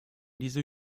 diese